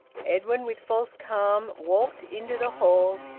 edwin with false calm walked into the hall,